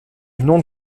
nom